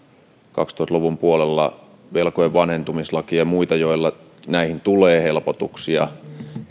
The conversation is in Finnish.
kaksituhatta luvun puolella velkojen vanhentumislakia ja muita joilla näihin tulee helpotuksia